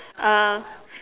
um